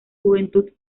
juventud